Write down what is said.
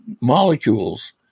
molecules